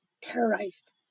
terrorized